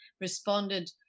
responded